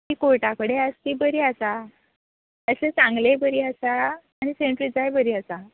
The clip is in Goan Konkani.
कोर्टा कडेन आसा ती बरी आसा एस एस आंगले बरी आसा आनी सेंट त्रिजाय बरी आसा